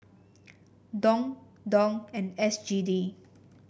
Dong Dong and S G D